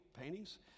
paintings